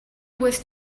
was